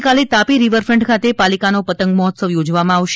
આવતીકાલે તાપી રિવરફ્રન્ટ ખાતે પાલિકાનો પતંગ મહોત્સવ યોજવામાં આવશે